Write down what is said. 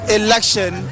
election